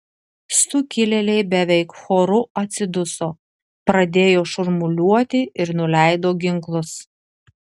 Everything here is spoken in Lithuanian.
sukilėliai beveik choru atsiduso pradėjo šurmuliuoti ir nuleido ginklus